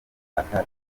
akato